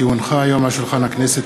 כי הונחה היום על שולחן הכנסת,